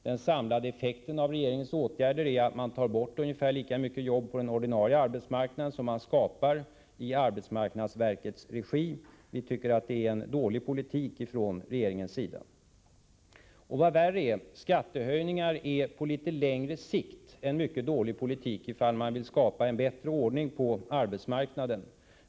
Den samlade effekten av regeringens förslag är att man tar bort ungefär lika många jobb på den ordinarie arbetsmarknaden som man skapar i arbetsmarknadsverkets regi. Vi tycker att det är en dålig politik från regeringens sida. Vad värre är: Skattehöjningar är, på litet längre sikt, en mycket dålig politik ifall man vill skapa en bättre ordning på arbetsmarknaden.